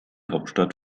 hauptstadt